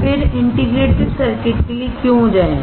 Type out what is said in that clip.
फिर integrated circuit के लिए क्यों जाएं